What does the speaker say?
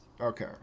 Okay